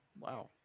Wow